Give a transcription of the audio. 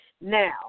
Now